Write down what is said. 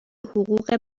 حقوق